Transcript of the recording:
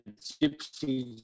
gypsy